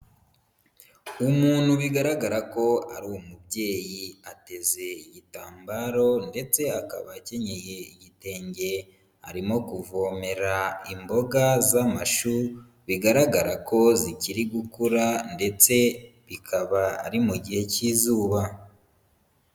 Umuntu bigaragara ko ari umubyeyi, ateze igitambaro, ndetse akaba akenyeye igitenge, arimo kuvomera imboga z'amashu, bigaragara ko zikiri gukura, ndetse bikaba ari mu gihe cy'izuba.